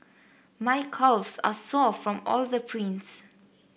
my calves are sore from all the prints